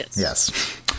Yes